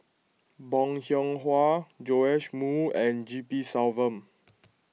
Bong Hiong Hwa Joash Moo and G P Selvam